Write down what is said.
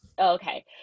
okay